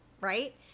right